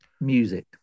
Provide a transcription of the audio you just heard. Music